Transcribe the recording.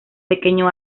pequeño